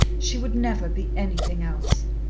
she would never be anything else.